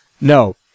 No